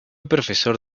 profesor